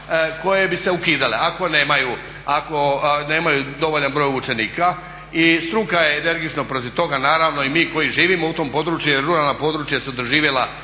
koje bi se ukidale ako nemaju dovoljan broj učenika. I struka je energično protiv toga naravno i mi koji živimo u tom području jer ruralna područja su doživjela